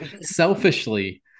selfishly